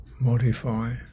Modify